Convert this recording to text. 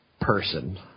person